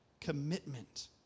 commitment